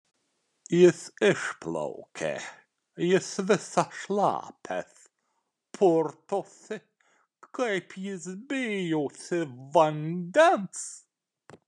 jis išplaukė jis visas šlapias purtosi kaip jis bijosi vandens